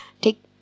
take